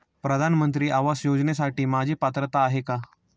प्रधानमंत्री आवास योजनेसाठी माझी पात्रता आहे का?